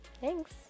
Thanks